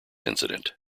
incident